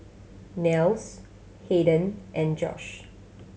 Nels Hayden and Josh